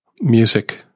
music